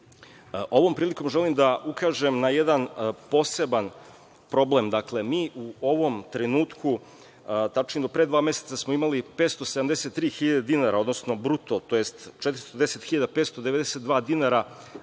prilikom želim da ukažem na jedan poseban problem. Dakle, mi u ovom trenutku, tačnije do pre dva meseca smo imali 573.000 dinara, odnosno bruto, tj. 410.592 dinara